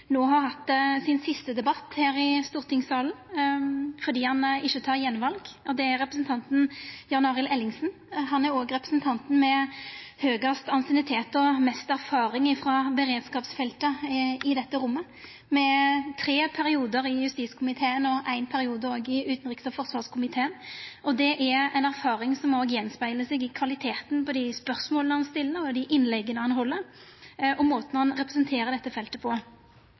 no har hatt sin siste debatt her i stortingssalen – fordi han ikkje tar attval – og det er representanten Jan Arild Ellingsen. Han er òg representanten med høgast ansiennitet og mest erfaring frå beredskapsfeltet i dette rommet, med tre periodar i justiskomiteen og òg ein periode i utanriks- og forsvarskomiteen. Det er ei erfaring som òg vert spegla av i kvaliteten på dei spørsmåla han stiller, dei innlegga han held, og den måten han representerer dette feltet på.